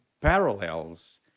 parallels